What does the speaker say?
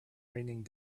raining